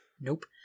nope